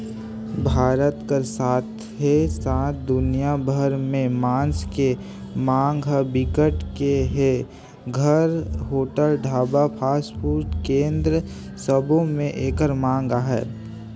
भारत कर साथे साथ दुनिया भर में मांस के मांग ह बिकट के हे, घर, होटल, ढाबा, फास्टफूड केन्द्र सबो में एकर मांग अहे